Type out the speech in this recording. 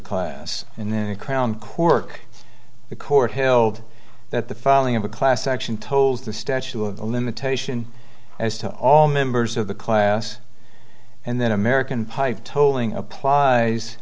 class and then a crown cork the court held that the filing of a class action tolls the statue of limitation as to all members of the class and then american pipe tolling applies